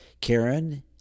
Karen